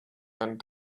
and